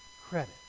credit